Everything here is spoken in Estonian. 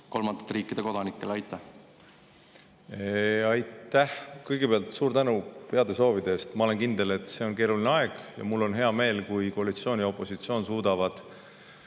kolmandate riikide kodanikele valimisõigus tagasi? Aitäh! Kõigepealt suur tänu heade soovide eest! Ma olen kindel, et see on keeruline aeg, ja mul on hea meel, kui koalitsioon ja opositsioon suudavad